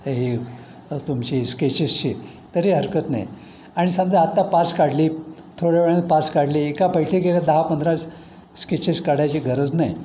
ही तुमची स्केचेसची तरी हरकत नाही आणि समजा आत्ता पाच काढली थोड्या वेळाने पाच काढली एका बैठकीला दहा पंधरा स्केचेस काढायची गरज नाही